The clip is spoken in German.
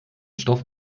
stoff